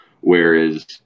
whereas